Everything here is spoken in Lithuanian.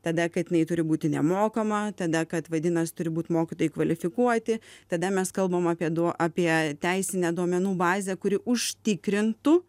tada kad jinai turi būti nemokama tada kad vadinas turi būt mokytojai kvalifikuoti tada mes kalbam apie du apie teisinę duomenų bazę kuri užtikrintų